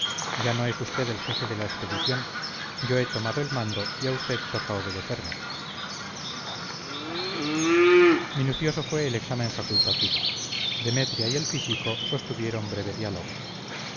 ya no es usted el jefe de la expedición yo he tomado el mando y a usted toca obedecerme minucioso fue el examen facultativo demetria y el físico sostuvieron breve diálogo